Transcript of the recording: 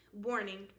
Warning